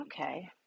okay